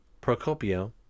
Procopio